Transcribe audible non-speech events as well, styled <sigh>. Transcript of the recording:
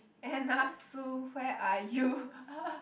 Anna Sue where are you <laughs>